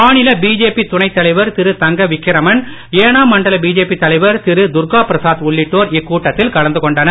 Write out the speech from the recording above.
மாநில பிஜேபி துணைத் தலைவர் திரு தங்க விக்கிரமன் ஏனாம் மண்டல பிஜேபி தலைவர் திரு துர்கா பிரசாத் உள்ளிட்டோர் இக்கூட்டத்தில் கலந்து கொண்டனர்